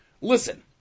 listen